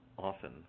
often